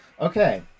Okay